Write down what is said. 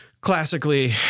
classically